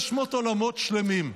600 עולמות שלמים.